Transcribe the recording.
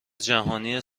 جهانی